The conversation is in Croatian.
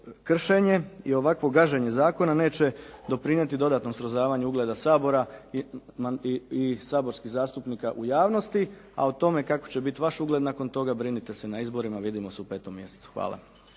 kršenje i ovakvo gaženje zakona neće doprinijeti dodatnom srozavanju ugleda Sabora i saborskih zastupnika u javnosti, a o tome kakav će biti vaš ugled nakon toga brinite se na izborima. Vidimo se u petom mjesecu. Hvala.